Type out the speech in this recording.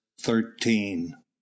thirteen